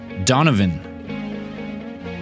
Donovan